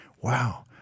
Wow